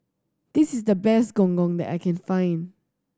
this is the best Gong Gong that I can find